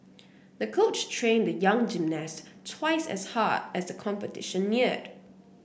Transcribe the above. the coach trained the young gymnast twice as hard as the competition neared